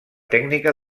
tècnica